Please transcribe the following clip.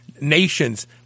nations